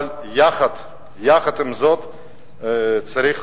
אבל יחד עם זאת צריך